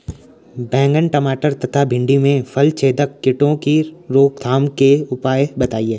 बैंगन टमाटर तथा भिन्डी में फलछेदक कीटों की रोकथाम के उपाय बताइए?